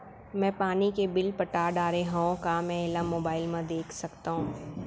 मैं पानी के बिल पटा डारे हव का मैं एला मोबाइल म देख सकथव?